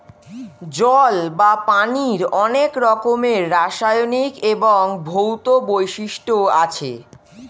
জল বা পানির অনেক রকমের রাসায়নিক এবং ভৌত বৈশিষ্ট্য আছে